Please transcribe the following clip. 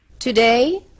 Today